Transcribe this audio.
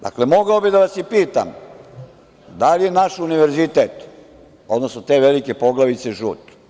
Dakle, mogao bih da vas pitam da li je naš univerzitet, odnosno te velike poglavice, žut?